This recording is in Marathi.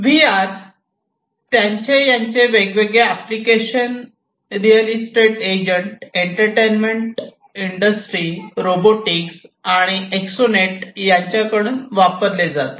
व्ही आर त्यांचे यांचे वेगवेगळे applications real estate agent entertainment industry robotics आणि एस्ट्रोनेट्स यांच्याकडून वापरले जातात